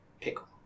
pickle